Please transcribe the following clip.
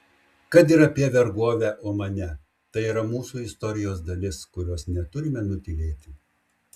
kad ir apie vergovę omane tai yra mūsų istorijos dalis kurios neturime nutylėti